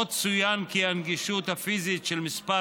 עוד צוין כי הנגישות הפיזית של ישיבות